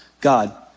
God